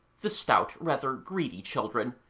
the stout, rather greedy children,